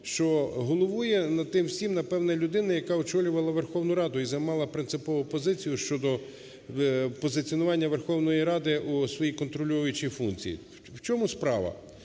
що головує над тим всім, напевно, людина, яка очолювала Верховну Раду і займала принципову позицію щодо позиціонування Верховної Ради у своїй контролюючій функції. У чому справа?